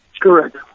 Correct